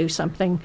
do something